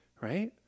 right